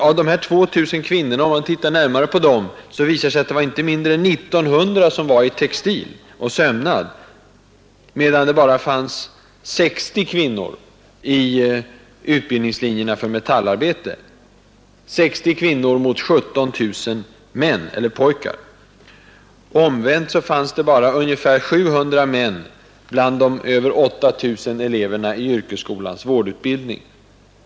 Av dessa 2 000 flickor valde inte mindre än 1 900 utbildning i textil och sömnad, medan det i utbildningslinjerna för metallarbete fanns bara 60 flickor mot 17 000 pojkar. Omvänt fanns det bara ungefär 700 pojkar bland de över 8 000 eleverna i yrkesskolans vårdutbildning.